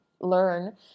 learn